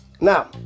Now